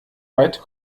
weit